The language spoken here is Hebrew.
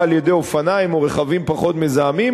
על-ידי אופניים או רכבים פחות מזהמים,